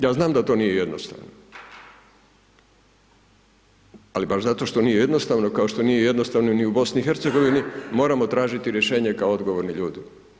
Ja znam da to nije jednostavno ali baš zato što nije jednostavno, kao što nije jednostavno ni u BiH-u, moramo tražiti rješenje kao odgovorni ljudi.